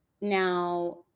Now